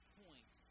point